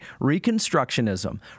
reconstructionism